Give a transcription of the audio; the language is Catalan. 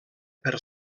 per